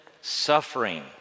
suffering